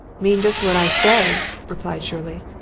mean just what i say, replied shirley.